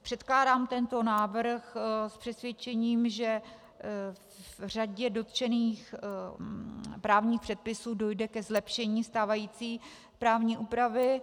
Předkládám tento návrh s přesvědčením, že v řadě dotčených právních předpisů dojde ke zlepšení stávající právní úpravy.